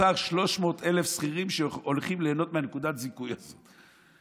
300,000 שכירים שהולכים ליהנות מנקודת הזיכוי הזאת.